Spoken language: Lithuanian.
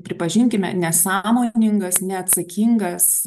pripažinkime nesąmoningas neatsakingas